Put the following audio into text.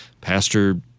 pastor